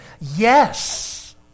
Yes